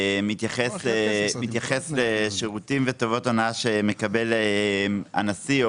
מתייחס לשירותים וטובות הונאה שמקבל הנשיא או